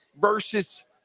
versus